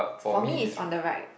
for me is on the right